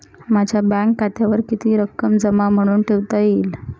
माझ्या बँक खात्यावर किती रक्कम जमा म्हणून ठेवता येईल?